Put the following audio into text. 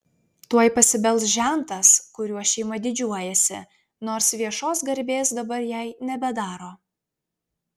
tuoj pasibels žentas kuriuo šeima didžiuojasi nors viešos garbės dabar jai nebedaro